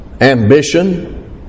ambition